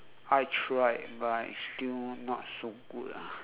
I tried but I still not so good ah